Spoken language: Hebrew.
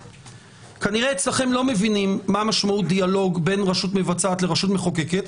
כנראה אצלכם לא מבין מה משמעות הדיאלוג בין רשות מבצעת לרשות מחוקקת,